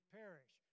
perish